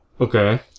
Okay